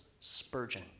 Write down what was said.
Spurgeon